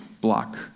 block